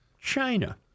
China